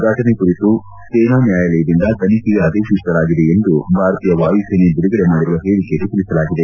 ಫಟನೆ ಕುರಿತು ಸೇನಾ ನ್ಯಾಯಾಲಯದಿಂದ ತನಿಖೆಗೆ ಆದೇಶಿಸಲಾಗಿದೆ ಎಂದು ಭಾರತೀಯ ವಾಯುಸೇನೆ ಬಿಡುಗಡೆ ಮಾಡಿರುವ ಹೇಳಕೆಯಲ್ಲಿ ತಿಳಿಸಲಾಗಿದೆ